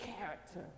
character